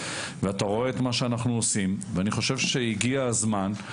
ואתה רואה את מה שאנחנו עושים ואני חושב שהגיע הזמן.